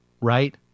right